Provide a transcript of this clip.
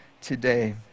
today